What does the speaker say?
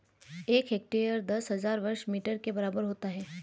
एक हेक्टेयर दस हजार वर्ग मीटर के बराबर होता है